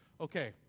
okay